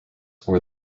were